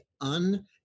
un-